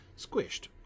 squished